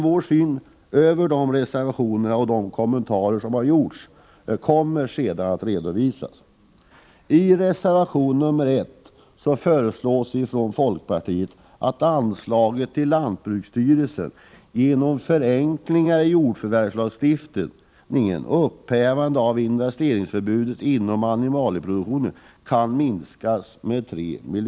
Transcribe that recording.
Vår syn på reservationerna och de kommentarer som har gjorts kommer emellertid att redovisas.